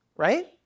right